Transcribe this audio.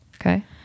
okay